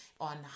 on